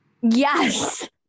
Yes